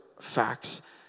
facts